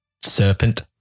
serpent